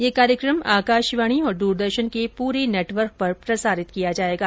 ये कार्यक्रम आकाशवाणी और द्रदर्शन के पूरे नेटवर्क पर प्रसारित किया जाएगा